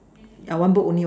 yeah one book only what